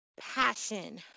passion